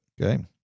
okay